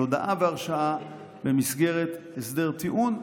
על הודאה והרשעה, במסגרת הסדר טיעון.